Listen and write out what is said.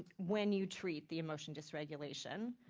when you treat the emotion dysregulation,